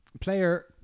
player